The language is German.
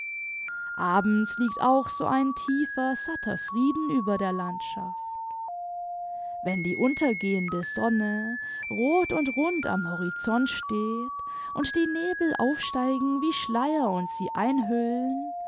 abends liegt auch so ein tiefer satter frieden über der landschaft wenn die untergehende sonne rot und rund am horizont steht und die nebel aufsteigen wie schleier und sie einhüllen